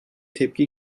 tepki